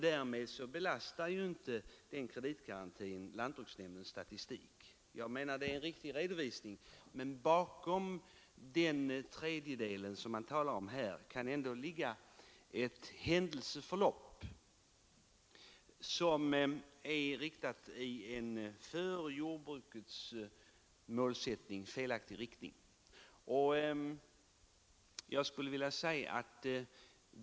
Därmed belastas lantbruksnämndens statistik inte av någon kreditgaranti i sådana fall. Jag menar att det är en riktig redovisning, men bakom den tredjedel man talar om kan ändå ligga ett händelseförlopp som går i en för jordbrukets målsättning felaktig riktning.